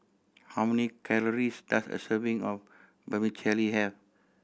how many calories does a serving of Vermicelli have